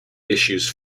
issues